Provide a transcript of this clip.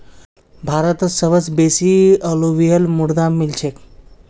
भारतत सबस बेसी अलूवियल मृदा मिल छेक